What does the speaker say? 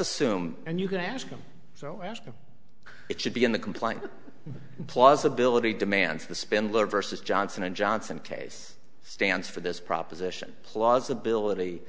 assume and you can ask them so as it should be in the complaint that plausibility demands the spindler versus johnson and johnson case stands for this proposition plausibility